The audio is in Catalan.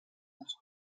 als